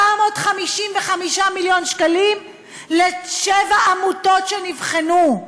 455 מיליון שקלים לתשע עמותות שנבחנו,